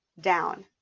down